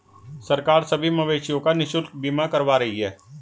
सरकार सभी मवेशियों का निशुल्क बीमा करवा रही है